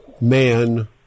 man